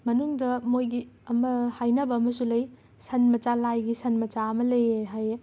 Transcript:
ꯃꯅꯨꯡꯗ ꯃꯣꯏꯒꯤ ꯑꯃ ꯍꯥꯏꯅꯕ ꯑꯃꯁꯨ ꯂꯩ ꯁꯟ ꯃꯆꯥ ꯂꯥꯏꯒꯤ ꯁꯟ ꯃꯆꯥ ꯑꯃ ꯂꯩꯌꯦ ꯍꯥꯏꯌꯦ